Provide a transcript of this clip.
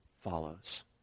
follows